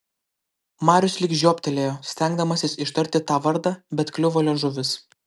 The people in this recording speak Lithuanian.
marius lyg žioptelėjo stengdamasis ištarti tą vardą bet kliuvo liežuvis